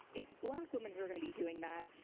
it's black women who are going to be doing that.